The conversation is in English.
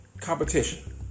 competition